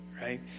Right